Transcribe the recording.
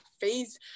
phase